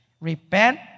Repent